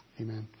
Amen